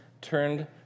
turned